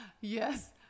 Yes